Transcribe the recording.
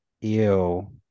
Ew